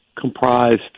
comprised